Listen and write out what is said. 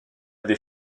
des